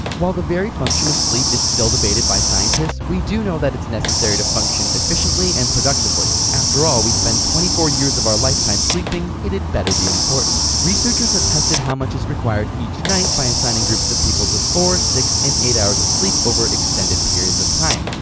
while the very function of sleep is still debated by scientists, we do know that it's necessary to function efficiently and productively. after all, we spend twenty four years of our lifetime sleeping, it had better be important. researchers have tested how much is required each night by assigning groups of people to four, five, and eight hours of sleep over extended periods of time.